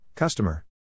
Customer